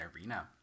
arena